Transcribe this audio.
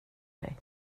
dig